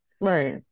Right